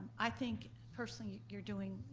i think personally you're doing,